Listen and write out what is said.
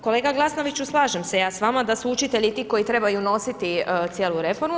Kolega Glasnoviću slažem se ja s vama da su učitelji ti koji trebaju nositi cijelu reformu.